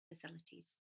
facilities